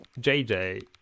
JJ